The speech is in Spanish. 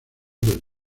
del